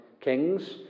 Kings